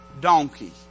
donkey